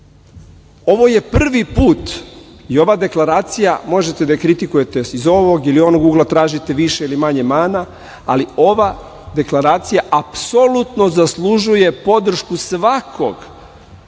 je prvi put i ova deklaracija, možete da je kritikujete iz ovog ili onog ugla, tražite više ili manje mana, ali ova deklaracija apsolutno zaslužuje podršku svakog